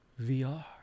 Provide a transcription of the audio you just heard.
VR